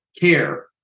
care